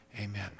amen